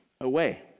away